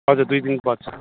हजुर दुई तिन बज्छ